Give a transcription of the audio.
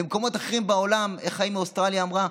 במקומות אחרים בעולם, איך ההיא מאוסטרליה אמרה,